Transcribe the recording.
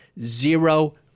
Zero